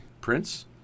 Prince